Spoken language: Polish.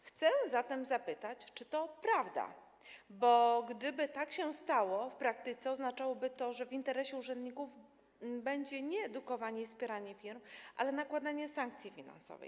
Chcę zatem zapytać, czy to prawda, bo gdyby tak się stało, w praktyce oznaczałoby to, że w interesie urzędników będzie nie edukowanie i wspieranie firm, ale nakładanie sankcji finansowych.